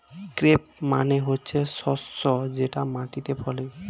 crop মানে হচ্ছে শস্য যেটা মাটিতে ফলে